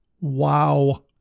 Wow